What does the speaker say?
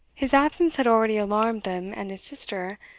his absence had already alarmed them, and his sister,